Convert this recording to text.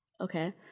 Okay